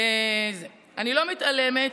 אני לא מתעלמת,